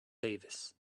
davis